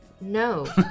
No